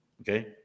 Okay